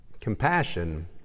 Compassion